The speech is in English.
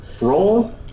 roll